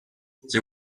they